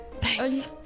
Thanks